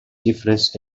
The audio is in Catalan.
xifres